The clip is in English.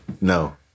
No